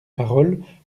paroles